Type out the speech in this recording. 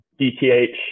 DTH